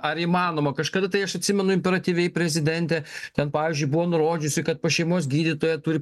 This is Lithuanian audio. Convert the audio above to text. ar įmanoma kažkada tai aš atsimenu imperatyviai prezidentė ten pavyzdžiui buvo nurodžiusi kad pas šeimos gydytoją turi